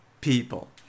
people